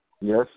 Yes